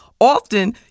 Often